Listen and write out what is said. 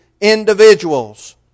individuals